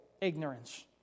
ignorance